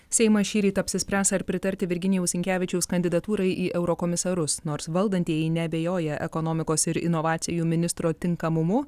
seimas šįryt apsispręs ar pritarti virginijaus sinkevičiaus kandidatūrai į eurokomisarus nors valdantieji neabejoja ekonomikos ir inovacijų ministro tinkamumu